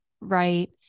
right